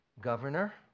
governor